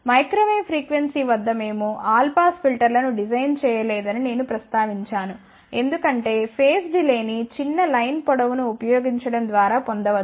micro wave frequency వద్ద మేము all pass ఫిల్టర్లను డిజైన్ చేయలేదని నేను ప్రస్తావించాను ఎందుకంటే ఫేస్ డిలే ని చిన్న పంక్తి పొడవును ఉపయోగించడం ద్వారా పొందవచ్చు